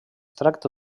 tracta